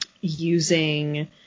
using